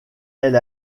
elle